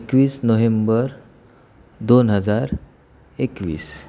एकवीस नोहेम्बर दोन हजार एकवीस